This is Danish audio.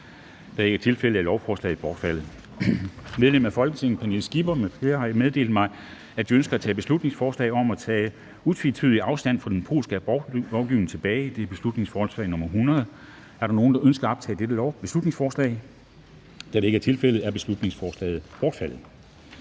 det ikke er tilfældet, er lovforslaget bortfaldet. Medlemmer af Folketinget Pernille Skipper (EL) m.fl. har meddelt mig, at de ønsker at tage følgende forslag tilbage: Forslag til folketingsbeslutning om at tage utvetydigt afstand fra den polske abortlovgivning. (Beslutningsforslag nr. B 100). Er der nogen, der ønsker at optage dette beslutningsforslag? Da det ikke er tilfældet, er beslutningsforslaget bortfaldet.